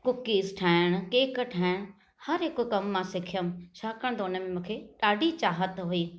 cookies ठाहिण cake ठाहिण हर हिकु कमु मां सिखियमि छाकाणि त उन्हनि में मूंखे ॾाढी चाहत हुई